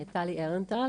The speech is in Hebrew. טלי אהרנטל,